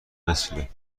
مثل